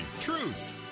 truth